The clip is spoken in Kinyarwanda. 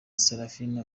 serafina